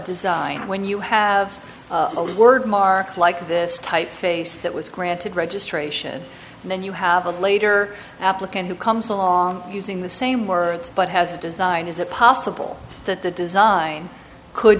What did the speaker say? design when you have a word mark like this type face that was granted registration and then you have a later applicant who comes along using the same words but has a design is it possible that the design could